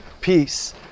peace